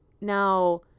Now